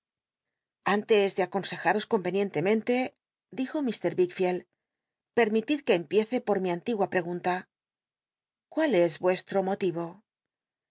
antes de aconsejaros convenientemente dijo mr wickfield permitid qne empiece por mi antigua pregmta cuál es vuestro motho